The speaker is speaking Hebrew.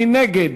מי נגד?